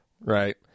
right